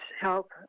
help